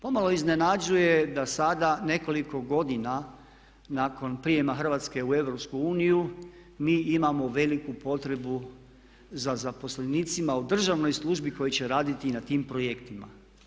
Pomalo iznenađuje da sada nekoliko godina nakon prijema Hrvatske u Europsku uniju mi imamo veliku potrebu za zaposlenicima u državnoj službi koji će raditi na tim projektima.